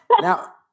Now